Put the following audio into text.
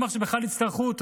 מי אמר שבכלל יצטרכו אותו?